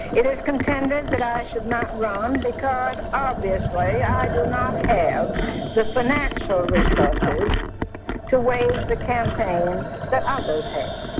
it is contended that i should not run because, obviously, i do not have the financial resources to wage the campaign that others have.